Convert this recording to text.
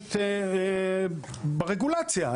פשוט ברגולציה.